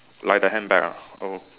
like the handbag ah oh